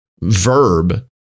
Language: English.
verb